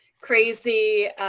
crazy